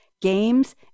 games